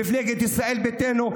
מפלגת ישראל ביתנו,